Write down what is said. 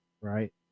right